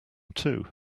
too